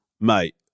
mate